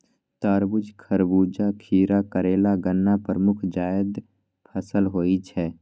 तरबूज, खरबूजा, खीरा, करेला, गन्ना प्रमुख जायद फसल होइ छै